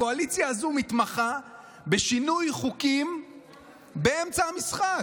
הקואליציה הזאת מתמחה בשינוי חוקים באמצע המשחק.